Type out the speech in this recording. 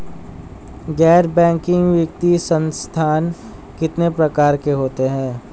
गैर बैंकिंग वित्तीय संस्थान कितने प्रकार के होते हैं?